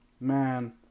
Man